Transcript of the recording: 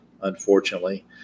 unfortunately